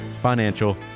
financial